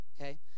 Okay